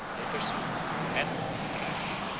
they pursued, headlong and rash,